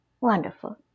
Wonderful